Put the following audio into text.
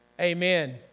Amen